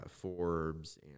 forbes